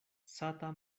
sata